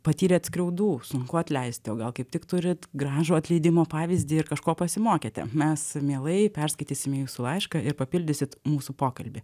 patyrėt skriaudų sunku atleisti o gal kaip tik turit gražų atleidimo pavyzdį ir kažko pasimokyti mes mielai perskaitysime jūsų laišką ir papildysit mūsų pokalbį